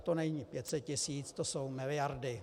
To není 500 tisíc, to jsou miliardy.